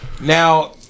Now –